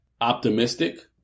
Optimistic